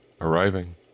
arriving